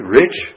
rich